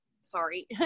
sorry